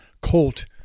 colt